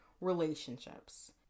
relationships